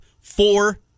four